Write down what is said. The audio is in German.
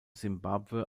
simbabwe